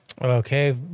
Okay